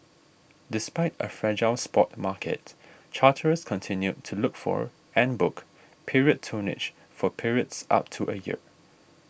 despite a fragile spot market charterers continued to look for and book period tonnage for periods up to a year